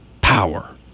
power